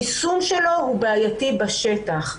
היישום שלו הוא בעייתי בשטח,